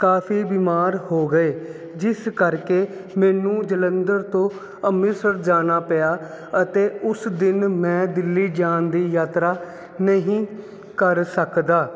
ਕਾਫੀ ਬਿਮਾਰ ਹੋ ਗਏ ਜਿਸ ਕਰਕੇ ਮੈਨੂੰ ਜਲੰਧਰ ਤੋਂ ਅੰਮ੍ਰਿਤਸਰ ਜਾਣਾ ਪਿਆ ਅਤੇ ਉਸ ਦਿਨ ਮੈਂ ਦਿੱਲੀ ਜਾਣ ਦੀ ਯਾਤਰਾ ਨਹੀਂ ਕਰ ਸਕਦਾ